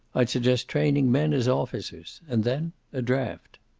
i'd suggest training men as officers. and then a draft.